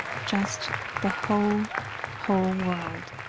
just the whole whole world.